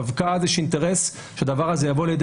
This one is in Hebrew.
דווקא אז יש אינטרס שהדבר הזה יבוא לידי